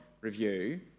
review